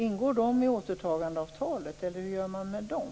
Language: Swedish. Ingår de i återtagandeavtalet, eller hur gör man med dem?